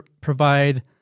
provide